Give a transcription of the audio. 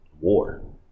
war